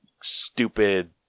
stupid